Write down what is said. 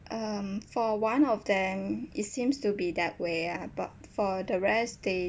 um for one of them it seems to be that way ah but for the rest they